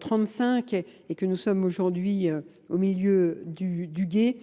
35 et que nous sommes aujourd'hui au milieu du guet